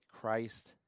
Christ